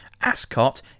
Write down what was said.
ascot